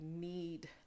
need